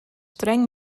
streng